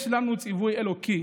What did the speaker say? יש לנו ציווי אלוקי